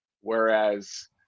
Whereas